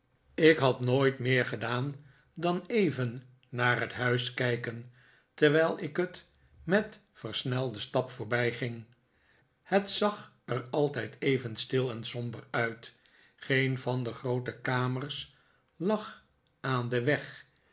ik had nooit meer gedaan dan even naar het huis kijken terwijl ik het met versnelden stap voorbijging het zag er altijd even stil en somber uit geen van de groote kamers lag aan den weg